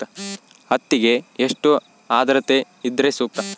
ಹತ್ತಿಗೆ ಎಷ್ಟು ಆದ್ರತೆ ಇದ್ರೆ ಸೂಕ್ತ?